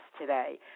today